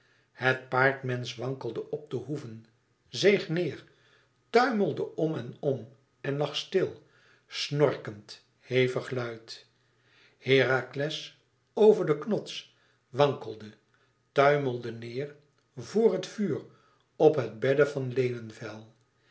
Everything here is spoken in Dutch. het paardmensch wankelde op de hoeven zeeg neêr tuimelde om en om en lag stil snorkend hevig luid herakles over den knots wankelde tuimelde neêr vor het vuur op het bedde van